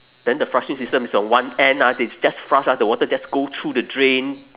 then the flushing system is on one end ah they just flush ah the water just go through the drain